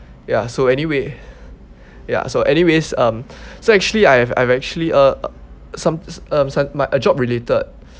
ya so anyway ya so anyways um so actually I've I've actually uh some um some uh job related